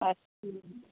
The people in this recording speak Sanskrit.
अस्तु